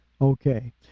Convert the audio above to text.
okay